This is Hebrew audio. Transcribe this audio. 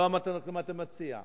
לא אמרת לנו מה אתה מציע.